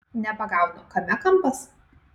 nepagaunu kame kampas